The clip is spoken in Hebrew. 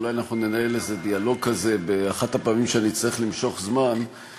אולי אנחנו ננהל איזה דיאלוג כזה באחת הפעמים שאני אצטרך למשוך זמן,